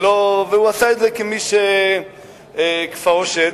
והוא עשה את זה כמי שכפאו שד,